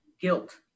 guilt